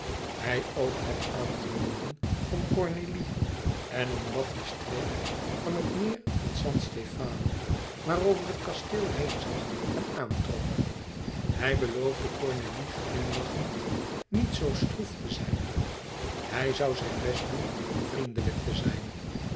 hij ook had aangenomen om cornélie en omdat die streek van het meer van san stefano waarover het kasteel heen zag hem aantrok hij beloofde cornélie glimlachend niet zoo stroef te zijn hij zoû zijn best doen vriendelijk te zijn